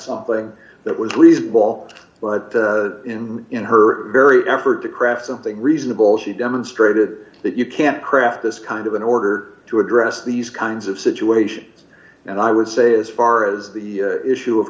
something that was lee's ball but in in her very effort to craft something reasonable she demonstrated that you can't craft this kind of in order to address these kinds of situations and i would say as far as the issue of